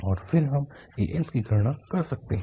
और फिर हम ans की गणना कर सकते है